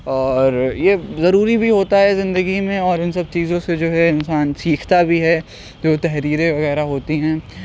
اور یہ ضروری بھی ہوتا ہے زندگی میں اور ان سب چیزوں سے جو ہے انسان سیکھتا بھی ہے جو تحریریں وغیرہ ہوتی ہیں